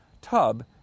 tub